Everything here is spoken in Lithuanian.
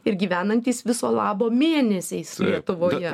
ir gyvenantys viso labo mėnesiais lietuvoje